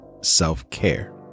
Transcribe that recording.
self-care